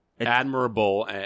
admirable